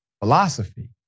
philosophy